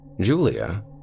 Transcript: Julia